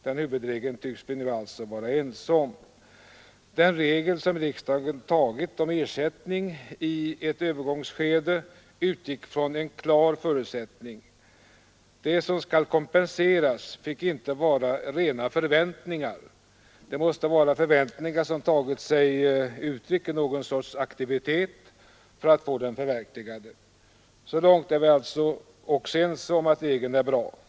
Den huvudregeln tycks vi nu alltså vara ense om. Den regel som riksdagen tagit om ersättningen i ett övergångsskede utgick från en klar förutsättning: Det som skulle kompenseras fick inte vara rena förväntningar, det måste vara förväntningar som tagit sig uttryck i någon sorts aktivitet för att de skulle bli förverkligade. Så långt är vi väl också ense om att regeln är bra.